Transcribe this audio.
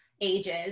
ages